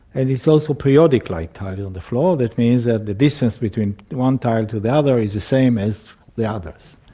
and it is also periodic like tiles on the floor. that means that the distance between one tile to the other is the same as the others.